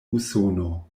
usono